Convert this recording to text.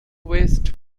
west